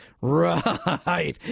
Right